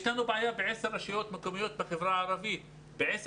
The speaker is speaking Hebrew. יש לנו בעיה ב-10 רשויות במקומיות בחברה הערבית וב-10